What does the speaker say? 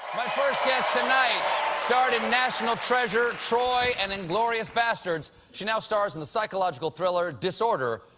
my first guest tonight starred in national treasure, troy, and inglourious bastards. she now stars in the psychological thriller, disorder.